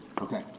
Okay